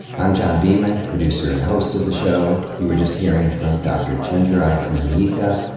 i'm john biewen, producer and host of the show. you were just hearing from dr. chenjerai kumanyika,